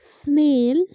snail